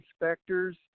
inspectors